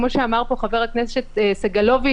כמו שאמר פה חבר הכנסת סגלוביץ',